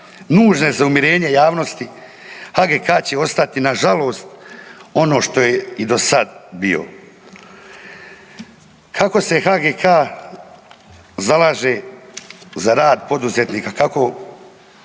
nužne za umirenje javnosti HGK-a će ostati na žalost ono što je i do sada bio. Kako se HGK-a zalaže za rad poduzetnika, kako